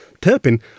Turpin